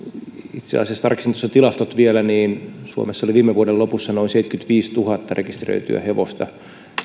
itse asiassa tarkistin tuossa vielä tilastot suomessa oli viime vuoden lopussa noin seitsemänkymmentäviisituhatta rekisteröityä hevosta